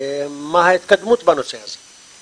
מה ההתקדמות בנושא הזה.